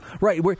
Right